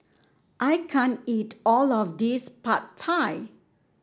I can't eat all of this Pad Thai